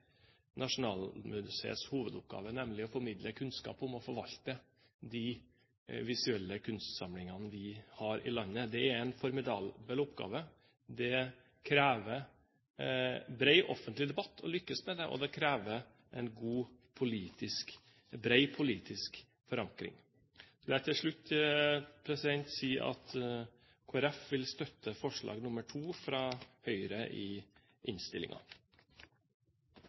hovedoppgave, nemlig å formidle kunnskap om og forvalte de visuelle kunstsamlingene vi har i landet. Det er en formidabel oppgave. Det krever bred offentlig debatt å lykkes med det, og det krever bred politisk forankring. Så vil jeg til slutt si at Kristelig Folkeparti vil støtte forslag nr. 2, fra Høyre, i